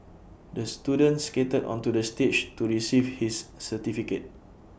the student skated onto the stage to receive his certificate